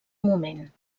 moment